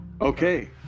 Okay